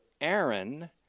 Aaron